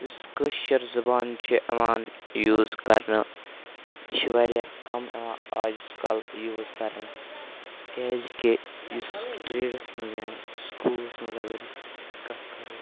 یُس کٲشِر زبان چھِ یِوان یوٗز کَرنہٕ یہِ چھِ واریاہ کَم یِوان آز کَل یوٗز کَرنہٕ کیٛازِکہِ یُس ٹرٛیڈَس منٛز یا سکوٗلَس منٛز اگر أسۍ کَتھ کَرو